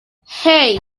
hey